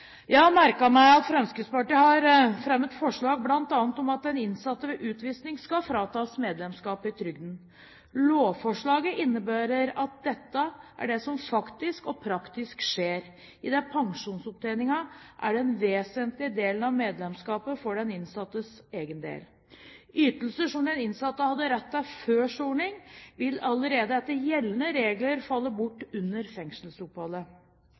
Jeg har merket meg at Fremskrittspartiet har fremmet forslag bl.a. om at den innsatte ved utvisning skal fratas medlemskap i trygden. Lovforslaget innebærer at det er dette som faktisk og praktisk skjer, idet pensjonsopptjeningen er den vesentligste delen av medlemskapet for den innsattes egen del. Ytelser som den innsatte hadde rett til før soning, vil allerede etter gjeldende regler falle bort under fengselsoppholdet.